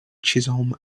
chisholm